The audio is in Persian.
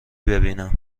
ببینم